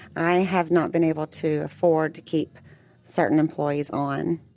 i have not been able to afford to keep certain employees on,